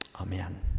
Amen